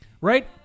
right